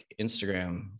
Instagram